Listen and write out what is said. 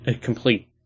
complete